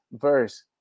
verse